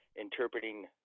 interpreting